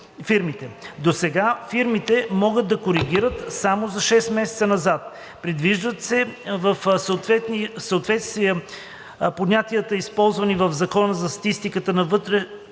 Досега фирмите могат да коригират само за 6 месеца назад. 6. Привеждат се в съответствие понятията, използвани в Закона за статистика на